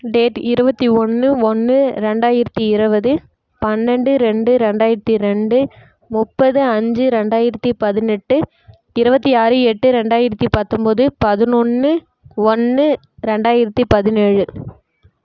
date இருபத்தி ஒன்று ஒன்று ரெண்டாயிரத்தி இருபது பன்னெரெண்டு ரெண்டு ரெண்டாயிரத்தி ரெண்டு முப்பது அஞ்சு ரெண்டாயிரத்தி பதினெட்டு இருபத்தி ஆறு எட்டு ரெண்டாயிரத்தி பத்தொன்போது பதினொன்று ஒன்று ரெண்டாயிரத்தி பதினேழு